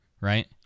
right